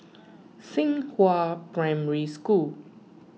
Xinghua Primary School